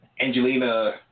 Angelina